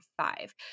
five